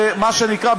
מה שנקרא,